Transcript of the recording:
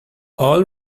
all